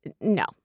no